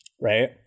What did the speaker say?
right